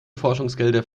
forschungsgelder